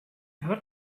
hurt